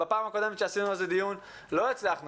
בפעם הקודמת שעכרנו דיון בנושא לא הצלחנו